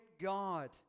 God